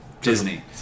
Disney